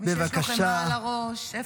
מי שיש לו חמאה על הראש, איפה הוא?